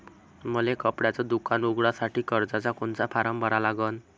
मले कपड्याच दुकान उघडासाठी कर्जाचा कोनचा फारम भरा लागन?